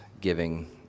giving